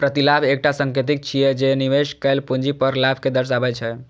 प्रतिलाभ एकटा संकेतक छियै, जे निवेश कैल पूंजी पर लाभ कें दर्शाबै छै